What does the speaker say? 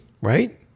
right